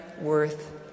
worth